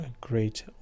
great